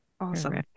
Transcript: Awesome